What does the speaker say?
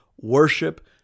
Worship